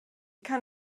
kann